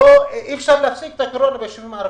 אי אפשר להפסיק את הקורונה בישובים הערביים.